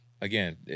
again